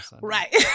Right